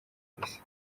polisi